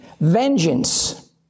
vengeance